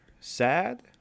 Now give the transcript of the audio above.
sad